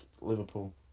Liverpool